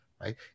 right